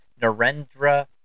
Narendra